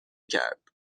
کرد